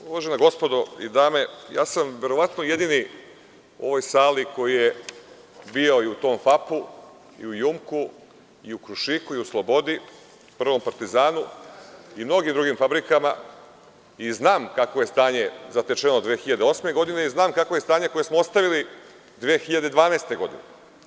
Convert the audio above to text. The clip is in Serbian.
Uvažena gospodo i dame, ja sam verovatno jedini u ovoj sali koji je bio i u tom FAP-u i u „Jumku“ i u „Krušiku“ i u „Slobodi“, „Prvom partizanu“ i u mnogim drugim fabrikama i znam kakvo je stanje zatečeno 2008. godine i znam kakvo je stanje koje smo ostavili 2012. godine.